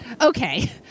Okay